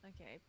okay